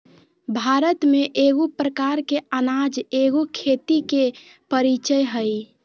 भारत में एगो प्रकार के अनाज एगो खेती के परीचय हइ